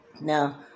Now